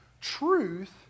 truth